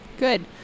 Good